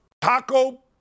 Taco